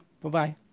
Bye-bye